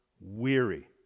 weary